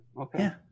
Okay